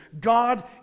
God